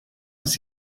ist